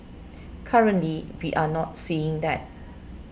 currently we are not seeing that